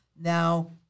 Now